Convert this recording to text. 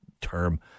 term